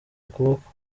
ukuboko